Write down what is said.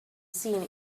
seen